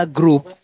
group